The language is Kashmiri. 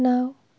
نَو